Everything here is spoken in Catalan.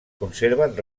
conserven